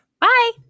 Bye